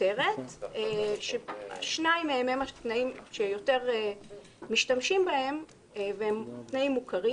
מותרת כששניים מהם הם התנאים שמשתמשים בהם יותר והם תנאים מוכרים.